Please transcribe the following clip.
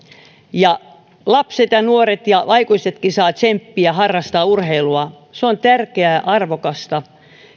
ja lapset ja nuoret ja aikuisetkin saavat tsemppiä harrastaa urheilua se on tärkeää arvokasta